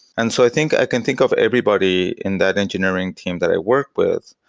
and so i think i can think of everybody in that engineering team that i work with,